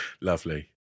Lovely